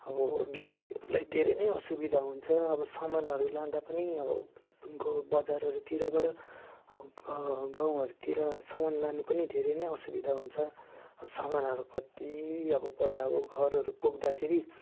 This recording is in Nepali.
अब बिमारीहरूलाई धेरै नै असुविधा हुन्छ अब सामानहरू लाँदा पनि अब गाउँ बजारहरूतिरबाट गाउँहरूतिर सामान लानु पनि धेरै नै असुविधा हुन्छ सामानहरू कति अब पल्ट अब घरहरू पुग्दाखेरि